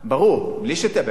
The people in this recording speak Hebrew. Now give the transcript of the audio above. ברור, בלי שתאבד.